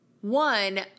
one